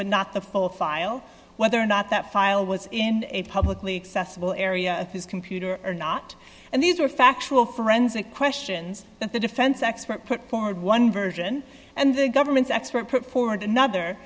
but not the full file whether or not that file was in a publicly accessible area of his computer or not and these are factual forensic questions that the defense expert put forward one version and the government's expert put forward another